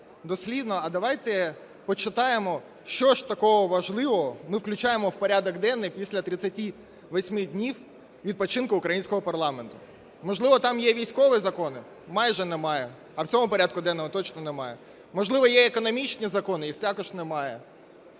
дослівно, а давайте почитаємо, що ж такого важливого ми включаємо в порядок денний після 38 днів відпочинку українського парламенту. Можливо, там є військові закони? Майже немає. А в цьому порядку денному точно немає. Можливо, є економічні закони? Їх також немає.